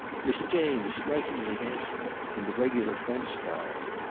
miss jane's strikingly handsome in the regular french style.